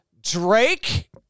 Drake